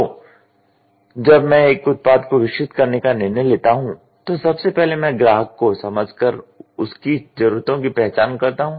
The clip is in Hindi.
तो जब में एक उत्पाद को विकसित करने का निर्णय लेता हूँ तो सबसे पहले मैं ग्राहक को समझ कर उसकी जरूरतों की पहचान करता हूँ